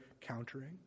countering